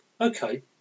Okay